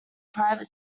private